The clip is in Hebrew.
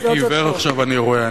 הייתי עיוור, עכשיו אני רואה.